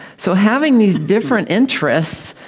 so having these different interests,